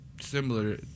similar